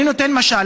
אני נותן משל,